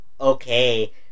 okay